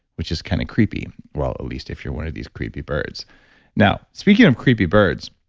which is kind of creepy, well, at least if you're one of these creepy birds now, speaking of creepy birds,